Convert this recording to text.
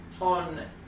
on